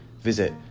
Visit